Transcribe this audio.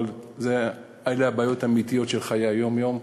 אבל אלה הבעיות האמיתיות של חיי היום-יום,